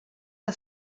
que